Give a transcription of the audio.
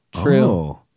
True